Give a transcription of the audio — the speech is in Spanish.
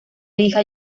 hija